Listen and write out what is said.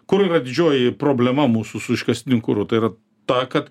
kur yra didžioji problema mūsų su iškastiniu kuru tai yra ta kad